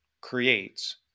creates